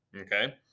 Okay